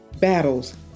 battles